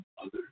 others